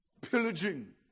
pillaging